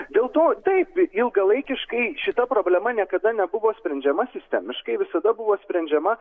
dėl to taip ilgalaikiškai šita problema niekada nebuvo sprendžiama sistemiškai visada buvo sprendžiama